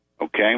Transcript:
Okay